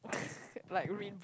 like ring book